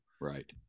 Right